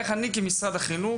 כמשרד החינוך,